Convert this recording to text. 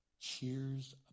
cheers